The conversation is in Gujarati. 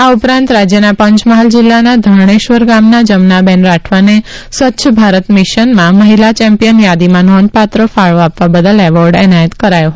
આ ઉપરાંત રાજ્યના પંચમહાલ જિલ્લાના ધર્ણેશ્વર ગામના જમનાબેન રાઠવાને સ્વચ્છ ભારત મિશનમાં મહિલા ચેમ્પિયન યાદીમાં નોંધપાત્ર ફાળો આપવા બદલ એવોર્ડ એનાયત કરાયો